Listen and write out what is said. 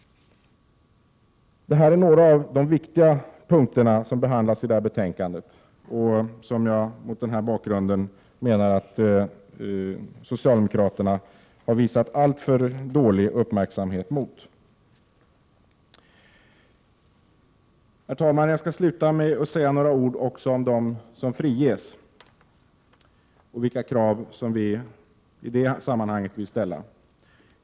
Detta är några av de viktiga punkter som behandlas i utskottsbetänkandet och som jag mot den här bakgrunden menar att socialdemokraterna har visat alltför dålig uppmärksamhet mot. Herr talman! Jag skall sluta med att också säga några ord om dem som friges och vilka krav som vi i det sammanhanget vill ställa.